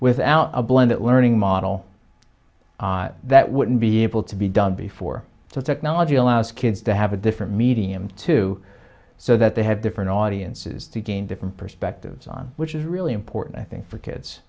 without a blanket learning model that wouldn't be able to be done before so technology allows kids to have a different medium to so that they have different audiences to gain different perspectives on which is really important i think for kids